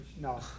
No